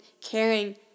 caring